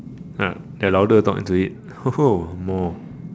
uh eh louder talk into it more